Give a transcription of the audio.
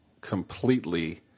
completely